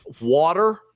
Water